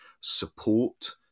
support